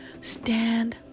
stand